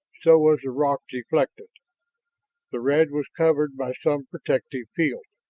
so was the rock deflected the red was covered by some protective field.